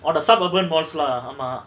oh the suburban malls lah ஆமா:aama